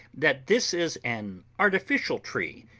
that this is an artificial tree,